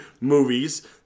movies